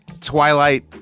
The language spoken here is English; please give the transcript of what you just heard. Twilight